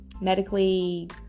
medically